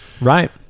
right